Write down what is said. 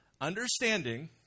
understanding